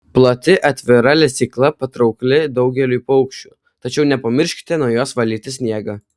plati atvira lesykla patraukli daugeliui paukščių tačiau nepamirškite nuo jos valyti sniegą